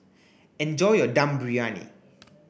enjoy your Dum Briyani